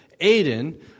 Aiden